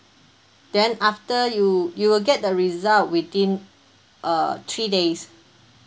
then after you you will get the result within uh three days